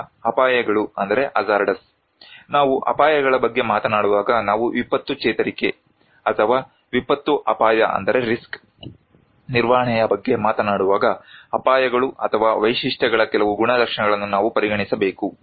ಈಗ ಅಪಾಯಗಳು ನಾವು ಅಪಾಯಗಳ ಬಗ್ಗೆ ಮಾತನಾಡುವಾಗ ನಾವು ವಿಪತ್ತು ಚೇತರಿಕೆ ಅಥವಾ ವಿಪತ್ತು ಅಪಾಯ ನಿರ್ವಹಣೆಯ ಬಗ್ಗೆ ಮಾತನಾಡುವಾಗ ಅಪಾಯಗಳು ಅಥವಾ ವೈಶಿಷ್ಟ್ಯಗಳ ಕೆಲವು ಗುಣಲಕ್ಷಣಗಳನ್ನು ನಾವು ಪರಿಗಣಿಸಬೇಕು